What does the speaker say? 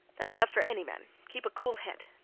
thats enough for any man. keep a cool head.